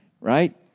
right